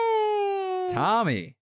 Tommy